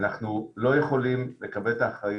זוהי ישיבת מעקב, אנחנו רוצים לעשות את ההעברה.